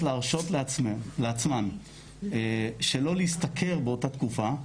להרשות לעצמן שלא להשתכר באותה תקופה,